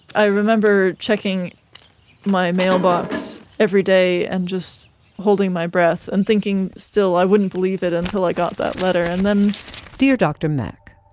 i remember checking my mailbox every day and just holding my breath and thinking still i wouldn't believe it until i got that letter, and then dear dr mack,